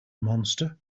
monster